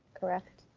correct?